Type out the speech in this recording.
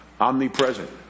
omnipresent